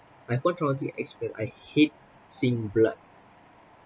I quite traumatic exper~ I hate seeing blood